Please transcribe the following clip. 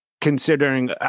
considering